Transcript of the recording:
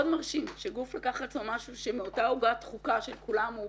מרשים שגוף לקח על עצמו משהו שמאותה עוגה דחוקה של כולם הוא